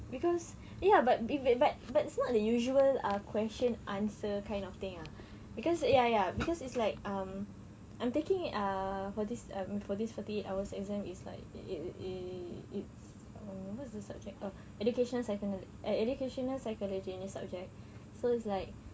cause ya but but but but it's not the usual ah question answer kind of thing ah cause ya ya cause it's like um I'm taking it uh for this for this forty hours exam is like it's it's it's err what's the subject oh education secondary uh educational psychology nya subject so it's like